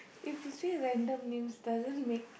if you say random names doesn't make